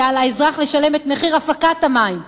שעל האזרח לשלם את מחיר הפקת המים.